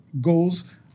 goals